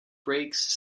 breaks